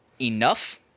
enough